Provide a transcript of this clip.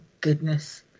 goodness